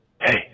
Hey